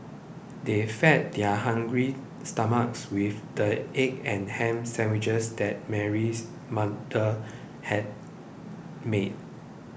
they fed their hungry stomachs with the egg and ham sandwiches that Mary's mother had made